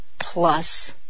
plus